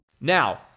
Now